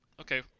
Okay